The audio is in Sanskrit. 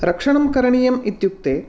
रक्षणं करणीयम् इत्युक्ते